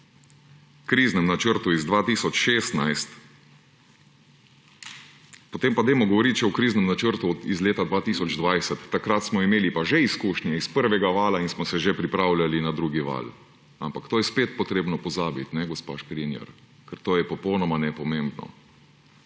kriznem načrtu iz leta 2016, potem pa dajmo govoriti še o kriznem načrtu iz leta 2020. Takrat smo imeli pa že izkušnje iz prvega vala in smo se že pripravljali na drugi val. Ampak na to je spet potrebno pozabiti, ali ne, gospa Škrinjar? Ker to je popolnoma nepomembno.